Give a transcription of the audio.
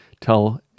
tell